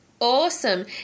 awesome